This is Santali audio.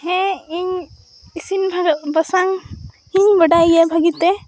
ᱦᱮᱸ ᱤᱧ ᱤᱥᱤᱱ ᱵᱟᱥᱟᱝ ᱤᱧ ᱵᱟᱰᱟᱭ ᱜᱮᱭᱟ ᱵᱷᱟᱜᱮᱛᱮ